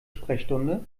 sprechstunde